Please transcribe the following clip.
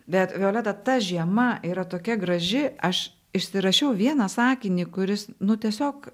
bet violeta ta žiema yra tokia graži aš išsirašiau vieną sakinį kuris nu tiesiog